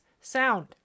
sound